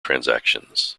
transactions